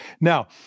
now